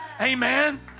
Amen